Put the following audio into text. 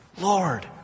Lord